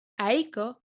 Aiko